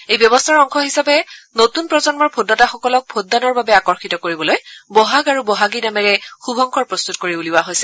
এই ব্যৱস্থাৰ অংশ হিচাপে নতুন প্ৰজন্মৰ ভোটদাতাসকলক ভোটদানৰ বাবে আকৰ্ষিত কৰিবলৈ বহাগ আৰু বহাগী নামেৰে শুভংকৰ প্ৰস্তুত কৰি উলিওৱা হৈছে